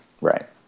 right